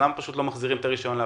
למה לא מחזירים את הרישיון לעפולה?